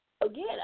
again